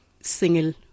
single